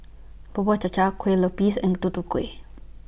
Bubur Cha Cha Kue Lupis and Tutu Kueh